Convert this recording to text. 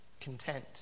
content